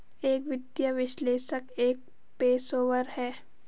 एक वित्तीय विश्लेषक एक पेशेवर है